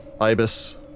Ibis